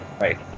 Right